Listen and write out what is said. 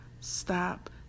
Stop